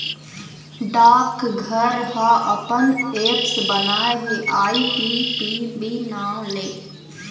डाकघर ह अपन ऐप्स बनाए हे आई.पी.पी.बी नांव ले